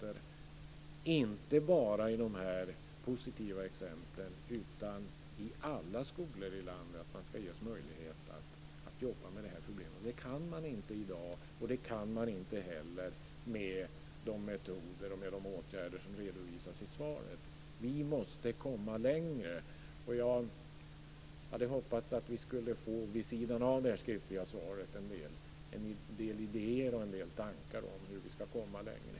Det gäller inte bara de här positiva exemplen, utan i alla skolor i landet ska man ska ges möjlighet att jobba med det här problemet. Det kan man inte i dag, och det kan man inte heller med de metoder och de åtgärder som redovisas i svaret. Vi måste komma längre. Jag hade hoppats att vi vid sidan av det skriftliga svaret skulle få en del idéer och en del tankar om hur vi ska komma längre.